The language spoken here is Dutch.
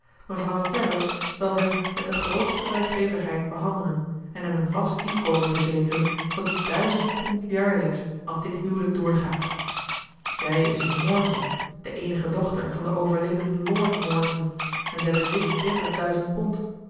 mevrouw ferrars zal hem met de grootste vrijgevigheid behandelen en hem een vast inkomen verzekeren van duizend pond jaarlijks als dit huwelijk doorgaat zij is een morton de eenige dochter van den overleden lord morton en zij bezit dertigduizend pond